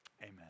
amen